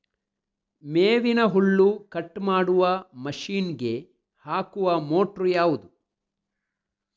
ಮೇವಿನ ಹುಲ್ಲು ಕಟ್ ಮಾಡುವ ಮಷೀನ್ ಗೆ ಹಾಕುವ ಮೋಟ್ರು ಯಾವುದು?